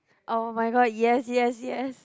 [oh]-my-god yes yes yes